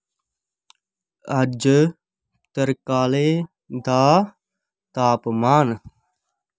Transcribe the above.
अज्ज तरकालें दा तापमान